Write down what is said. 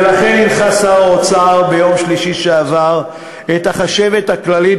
ולכן הנחה שר האוצר ביום שלישי שעבר את החשבת הכללית